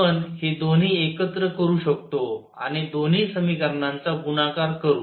आपण हे दोन्ही एकत्र करू शकतो आणि दोन्ही समीकरणांचा गुणाकार करू